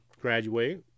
graduate